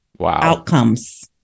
outcomes